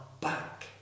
back